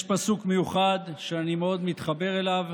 יש פסוק מיוחד, שאני מאוד מתחבר אליו,